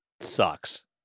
Sucks